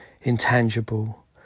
intangible